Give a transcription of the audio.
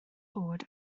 oed